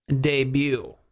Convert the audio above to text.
Debut